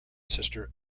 sister